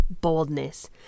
boldness